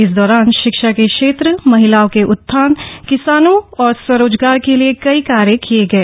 इस दौरान शिक्षा के क्षेत्र महिलाओं के उत्थान किसानों औऱ स्वरोजगार के लिए कई कार्य किये गए